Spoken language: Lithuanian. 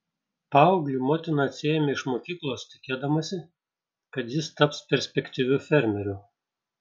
paauglį motina atsiėmė iš mokyklos tikėdamasi kad jis taps perspektyviu fermeriu